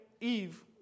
Eve